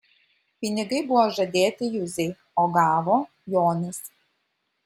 pinigai buvo žadėti juzei o gavo jonis